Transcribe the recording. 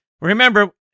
remember